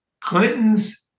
Clinton's